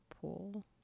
pool